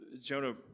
Jonah